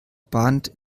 bahnt